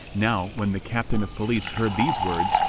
now when the captain of police heard these words,